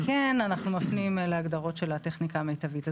אני רואה שהוא היחיד שנמצא פה מבין חברי הכנסת,